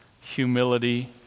humility